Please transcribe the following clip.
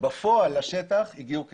בפועל לשטח הגיעו כ-50%.